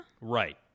right